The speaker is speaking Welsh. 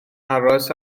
aros